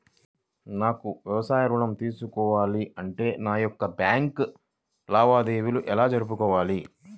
నాకు వ్యాపారం ఋణం తీసుకోవాలి అంటే నా యొక్క బ్యాంకు లావాదేవీలు ఎలా జరుపుకోవాలి?